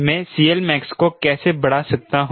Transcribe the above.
मैं CLmax को कैसे बढ़ा सकता हूं